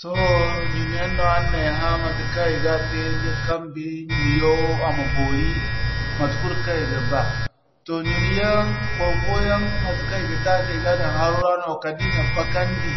Sohõ ɲuna yaŋ no aran na ay hã matekaŋ i ga tey da kambey, ɲunayŋo a ma boori mate kul kaŋ i ga ba. Toh barfoyaŋ matekaŋ i ga te a se i ga daŋ haro ra no kala da i na bakandi,